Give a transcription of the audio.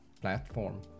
platform